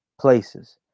places